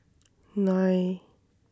nine